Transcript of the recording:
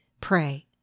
Pray